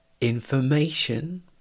information